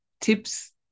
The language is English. tips